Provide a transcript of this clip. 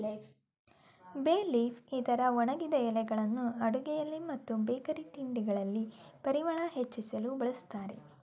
ಬೇ ಲೀಫ್ ಇದರ ಒಣಗಿದ ಎಲೆಗಳನ್ನು ಅಡುಗೆಯಲ್ಲಿ ಮತ್ತು ಬೇಕರಿ ತಿಂಡಿಗಳಲ್ಲಿ ಪರಿಮಳ ಹೆಚ್ಚಿಸಲು ಬಳ್ಸತ್ತರೆ